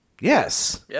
yes